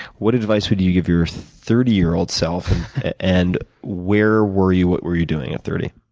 what advice would you give your thirty year old self and where were you, what were you doing at thirty?